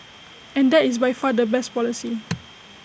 and that is by far the best policy